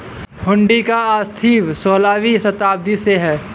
हुंडी का अस्तित्व सोलहवीं शताब्दी से है